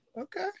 Okay